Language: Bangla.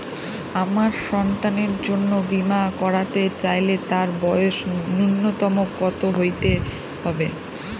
আমার সন্তানের জন্য বীমা করাতে চাইলে তার বয়স ন্যুনতম কত হতেই হবে?